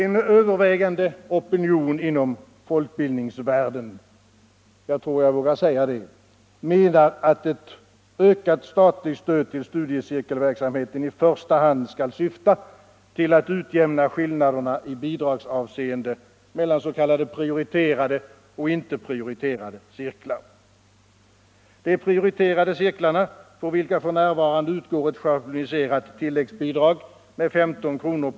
En övervägande opinion inom folkbildningsvärlden — jag tror jag vågar säga det — menar att ett ökat statligt stöd till studiecirkelverksamheten i första hand skall syfta till att utjämna skillnaderna i bidragsavseende mellan s.k. prioriterade och icke prioriterade cirklar. De prioriterade cirklarna, för vilka f.n. utgår ett schabloniserat tilläggsbidrag med 15 kr.